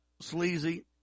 sleazy